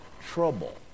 trouble